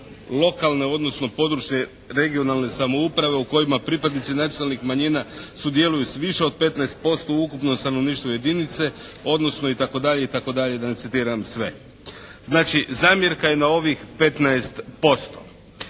lokalne, odnosno područne (regionalne) samouprave u kojima pripadnici nacionalnih manjina sudjeluju s više od 15% u ukupnom stanovništvu jedinice, odnosno itd. itd., da ne citiram sve. Znači zamjerka je na ovih 15%.